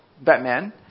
Batman